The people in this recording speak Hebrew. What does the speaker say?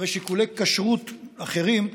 יש שיקולי כשרות אחרים.